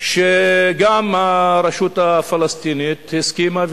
שגם הרשות הפלסטינית הסכימה,